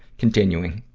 continuing.